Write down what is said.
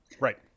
Right